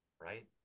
right